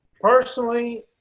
Personally